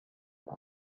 mort